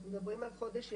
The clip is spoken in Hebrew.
אנחנו מדברים על חודש ימים,